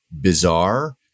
bizarre